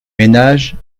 ménages